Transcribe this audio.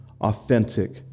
authentic